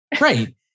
Right